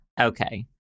Okay